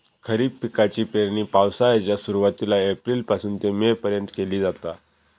खरीप पिकाची पेरणी पावसाळ्याच्या सुरुवातीला एप्रिल पासून ते मे पर्यंत केली जाता